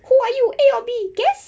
who are you A or B guess